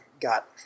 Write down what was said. got